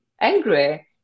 angry